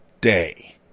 day